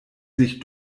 sich